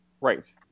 Right